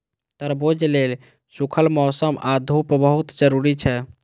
तरबूज लेल सूखल मौसम आ धूप बहुत जरूरी छै